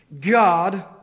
God